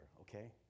okay